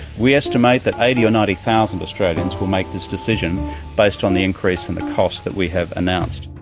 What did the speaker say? we estimate that eighty or ninety thousand australians will make this decision based on the increase in the cost that we have announced.